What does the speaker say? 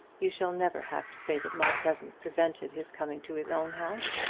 you shall never have to say that my presence prevented his coming to his own house.